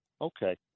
Okay